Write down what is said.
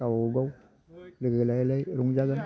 गावबा गाव लोगो लायै लायै रंजागोन